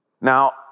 Now